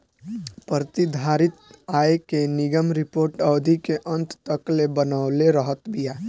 प्रतिधारित आय के निगम रिपोर्ट अवधि के अंत तकले बनवले रहत बिया